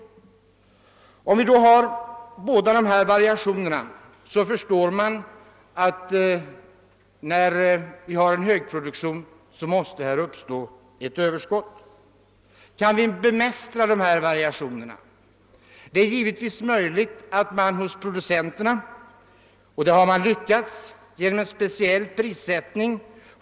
Det måste då vid högproduktion uppstå ett överskott. Kan vi bemästra dessa variationer? Det är givetvis möjligt att åstadkomma en förskjutning av produktionen — det har man också lyckats med genom en speciell prissättning.